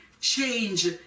change